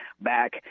back